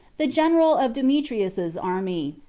the general of demetrius's army,